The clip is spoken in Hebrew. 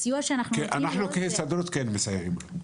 אנחנו כהסתדרות כן מסייעים לו,